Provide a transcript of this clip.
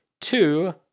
two